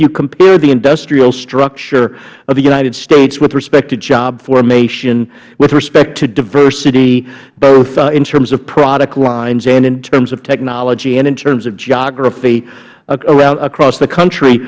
you compare the industrial structure of the united states with respect to job formation with respect to diversity both in terms of product lines and in terms of technology and in terms of geography across the country